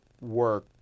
work